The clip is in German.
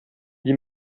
die